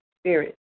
spirit